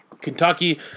Kentucky